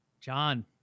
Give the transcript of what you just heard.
John